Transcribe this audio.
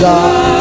God